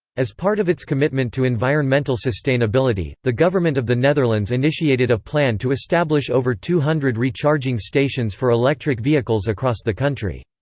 as part of its commitment to environmental sustainability, the government of the netherlands initiated a plan to establish over two hundred recharging stations for electric vehicles across the country.